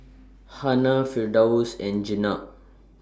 Hana Firdaus and Jenab